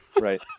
Right